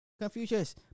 Confucius